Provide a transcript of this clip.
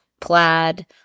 plaid